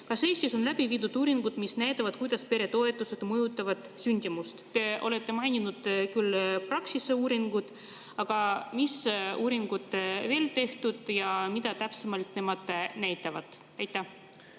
kas Eestis on läbi viidud uuringuid, mis näitavad, kuidas peretoetused mõjutavad sündimust? Te olete maininud küll Praxise uuringut, aga mis uuringuid on veel tehtud ja mida need täpsemalt näitavad?